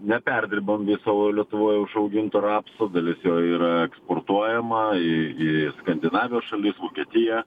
neperdirbam viso lietuvoj užaugintų rapsų dalis jo yra eksportuojama į į skandinavijos šalis vokietiją